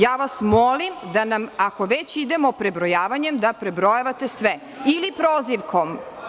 Ja vas molim da nam, ako već idemo prebrojavanjem, da prebrojavate sve, ili prozivkom.